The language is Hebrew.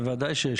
בוודאי שיש.